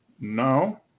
No